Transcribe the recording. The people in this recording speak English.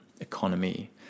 economy